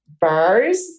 bars